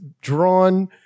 drawn